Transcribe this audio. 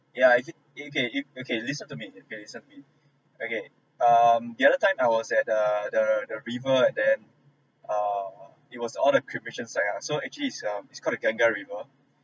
yeah if it okay if okay listen to me okay listen to me okay um the other time I was at the the the river and then uh it was all the cremation side lah so actually it's um called the Ganga river